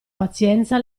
pazienza